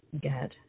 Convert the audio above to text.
get